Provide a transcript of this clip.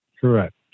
Correct